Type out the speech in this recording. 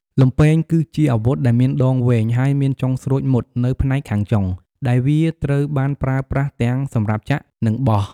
លំពែង គឺជាអាវុធដែលមានដងវែង ហើយមានចុងស្រួចមុតនៅផ្នែកខាងចុង ដែលវាត្រូវបានប្រើប្រាស់ទាំងសម្រាប់ចាក់ និងបោះ។